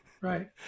Right